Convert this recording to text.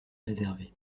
réservé